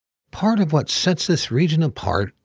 part of what sets this region apart,